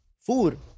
food